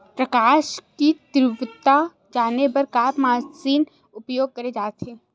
प्रकाश कि तीव्रता जाने बर का मशीन उपयोग करे जाथे?